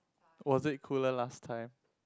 was it cooler last time